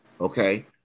okay